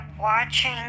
watching